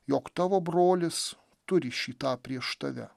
jog tavo brolis turi šį tą prieš tave